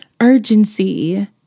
urgency